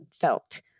felt